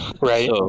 Right